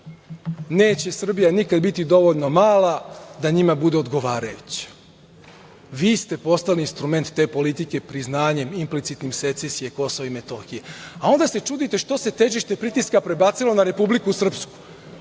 neće Srbija nikada biti dovoljno mala da njima bude odgovarajuća. Vi ste postali instrument te politike implicitnim priznanjem secesije Kosova i Metohije, a onda se čudite što se težište pritiska prebacilo na Republiku Srpsku,